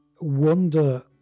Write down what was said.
wonder